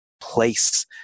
place